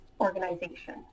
organization